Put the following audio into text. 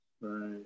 Right